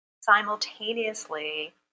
Simultaneously